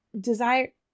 desire